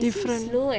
different